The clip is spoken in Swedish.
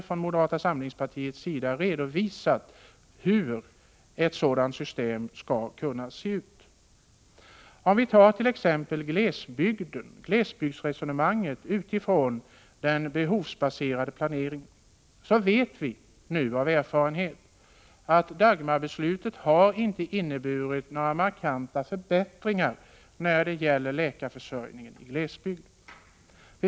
Från moderat sida har vi tidigare redovisat hur ett sådant system skulle kunna se ut. Tag t.ex. glesbygdsresonemanget utifrån den behovsbaserade planeringen. Av erfarenhet vet vi nu att Dagmarbeslutet inte har inneburit några markanta förbättringar när det gäller läkarförsörjningen i glesbygd.